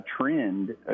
trend